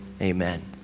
Amen